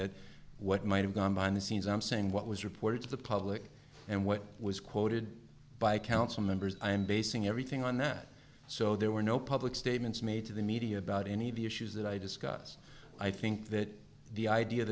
that what might have gone behind the scenes i'm saying what was reported to the public and what was quoted by council members i am basing everything on that so there were no public statements made to the media about any of the issues that i discuss i think that the idea